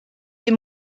les